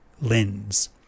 lens